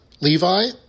Levi